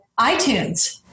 iTunes